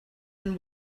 and